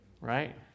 right